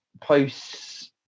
posts